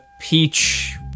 peach